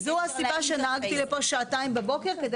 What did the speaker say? זו הסיבה שנהגתי לכאן שעתיים בבוקר כדי